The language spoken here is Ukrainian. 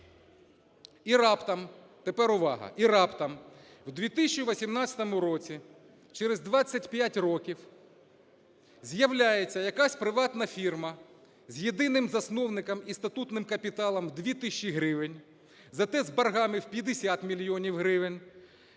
І раптом, тепер увага, і раптом в 2018 році через 25 років, з'являється якась приватна фірма з єдиним засновником і статутним капіталом в 2 тисячі гривень, зате з боргами в 50 мільйонів гривень